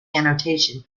annotation